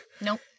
Nope